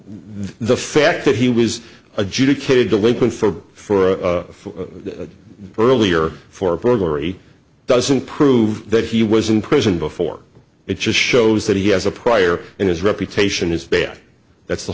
the fact that he was adjudicated delinquent for four earlier for burglary doesn't prove that he was in prison before it just shows that he has a prior in his reputation is bad that's the